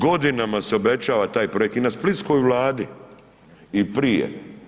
Godinama se obećava taj projekt i na splitskoj vladi i prije.